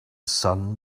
sun